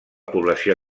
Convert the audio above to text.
població